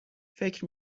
فکر